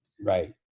Right